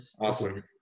Awesome